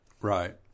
Right